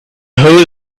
whole